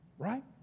Right